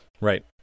Right